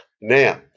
Now